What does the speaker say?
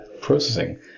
processing